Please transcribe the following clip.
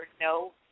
no